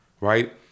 right